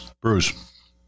Bruce